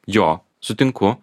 jo sutinku